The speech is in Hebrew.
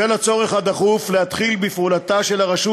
בשל הצורך הדחוף להתחיל בפעולתה של הרשות